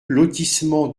lotissement